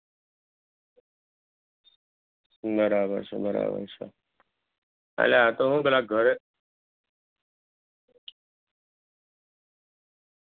બરાબર છે બરાબર છે અલ્યા આ તો હું પેલા ઘરે